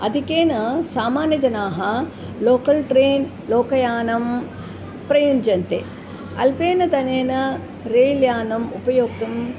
आधिक्येन सामान्यजनाः local train लोकयानं प्रयुञ्जते अल्पेन धनेन रेल्यानम् उपयोक्तुं